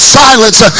silence